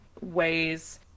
ways